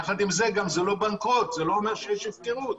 יחד עם זאת זה לא אומר שיש הפקרות.